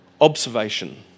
observation